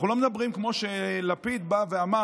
אנחנו לא מדברים, כמו שלפיד בא ואמר